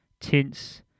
Tints